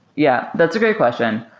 yeah, that's a great question.